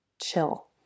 chill